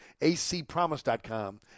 acpromise.com